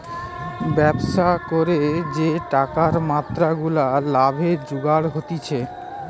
ব্যবসা করে যে টাকার মাত্রা গুলা লাভে জুগার হতিছে